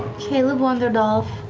caleb wandered off,